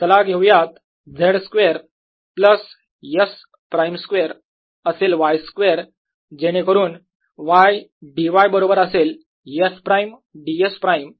चला घेऊयात Z square plus S prime square असेल y स्क्वेअर जेणेकरून y dy बरोबर असेल S प्राईम ds प्राईम